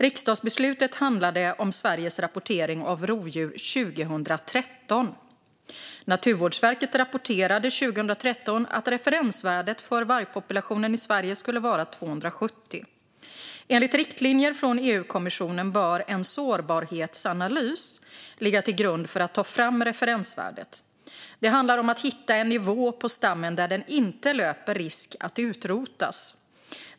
Riksdagsbeslutet handlade om Sveriges rapportering av rovdjur 2013. Naturvårdsverket rapporterade 2013 att referensvärdet för vargpopulationen i Sverige skulle vara 270. Enligt riktlinjer från EU-kommissionen bör en sårbarhetsanalys ligga till grund för att ta fram referensvärdet. Det handlar om att hitta en nivå på stammen där den inte löper risk att utrotas.